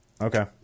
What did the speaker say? Okay